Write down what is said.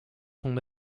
son